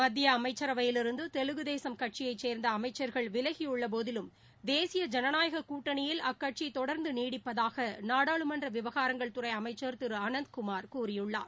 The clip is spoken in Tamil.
மத்திய அமைச்சரவையிலிருந்து தெலுங்கு தேசம் கட்சியைச் சேர்ந்த அமைச்சர்கள் விலகியுள்ள போதிலும் தேசிய ஜனநாயகக் கூட்டணியில் அக்கட்சி தொடர்ந்து நீடிப்பதாக நாடாளுமன்ற விவகாரங்கள் துறை அமைச்சா் திரு அனந்த்குமார் கூறியுள்ளார்